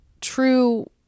true